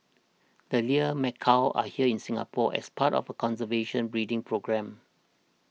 the Lear's macaws are here in Singapore as part of a conservation breeding programme